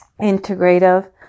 Integrative